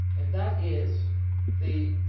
and that is the